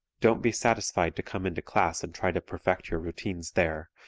don't be satisfied to come into class and try to perfect your routines there.